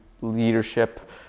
leadership